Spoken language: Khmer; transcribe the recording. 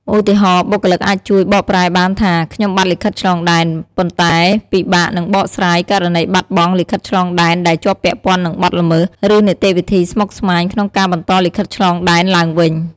ឧទាហរណ៍ បុគ្គលិកអាចជួយបកប្រែបានថា "ខ្ញុំបាត់លិខិតឆ្លងដែន" ប៉ុន្តែពិបាកនឹងបកស្រាយករណីបាត់បង់លិខិតឆ្លងដែនដែលជាប់ពាក់ព័ន្ធនឹងបទល្មើស ឬនីតិវិធីស្មុគស្មាញក្នុងការបន្តលិខិតឆ្លងដែនឡើងវិញ។